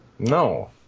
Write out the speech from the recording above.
No